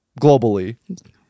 globally